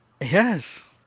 Yes